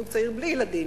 זוג צעיר בלי ילדים,